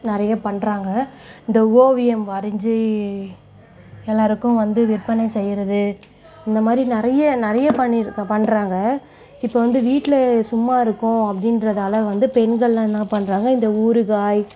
நிறைய பண்றாங்க இந்த ஓவியம் வரைஞ்சி எல்லோருக்கும் வந்து விற்பனை செய்கிறது இந்தமாதிரி நிறைய நிறைய பண்றாங்க இப்போ வந்து வீட்டில் சும்மா இருக்கோம் அப்படின்றதால வந்து பெண்கள்லாம் என்ன பண்றாங்க இந்த ஊறுகாய்